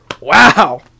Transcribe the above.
wow